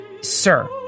sir